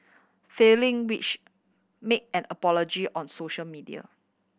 failing which make an apology on social media